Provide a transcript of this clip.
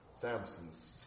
Samson's